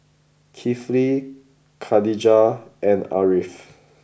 Kifli Khadija and Ariff